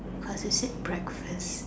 cause you said breakfast